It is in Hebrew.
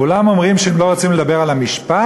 כולם אומרים שהם לא רוצים לדבר על המשפט,